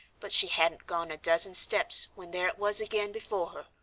but she hadn't gone a dozen steps when there it was again before her,